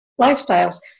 lifestyles